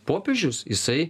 popiežius jisai